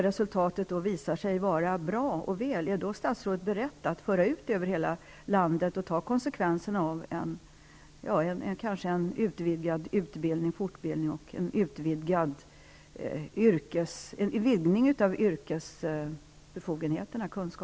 Om resultatet visar sig vara bra, är då statsrådet beredd att att föra ut detta i hela landet och ta konsekvenserna härav i form av en utvidgning av utbildningen och fortbildningen liksom en vidgning av yrkesbefogenheterna?